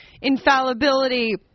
infallibility